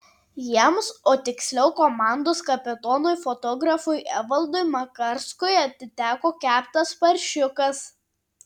jiems o tiksliau komandos kapitonui fotografui evaldui makarskui atiteko keptas paršiukas